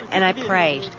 and i prayed,